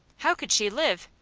how could she live?